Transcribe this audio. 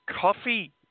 coffee